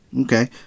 Okay